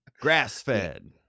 grass-fed